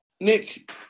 Nick